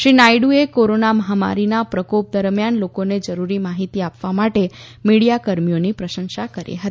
શ્રી નાયડુએ કોરોના મહામારીના પ્રકોપ દરમિયાન લોકોને જરૂરી માહિતી આપવા માટે મીડીયા કર્મીઓની પ્રશંસા કરી હતી